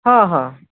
ହଁ ହଁ